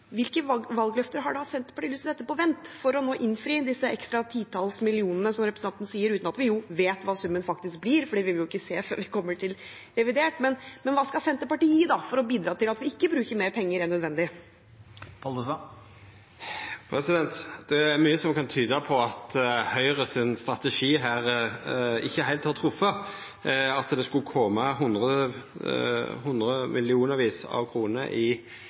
valgløfter har da Senterpartiet lyst til å sette på vent for å innfri disse ekstra titalls millionene som representanten nevner – uten at vi helt vet hva summen faktisk blir, for det vil vi ikke se før vi kommer til revidert? Hva skal Senterpartiet gi for å bidra til at vi ikke bruker mer penger enn nødvendig? Det er mykje som kan tyda på at Høgre sin strategi her ikkje heilt har treft – at det skulle koma hundremillionervis av kroner i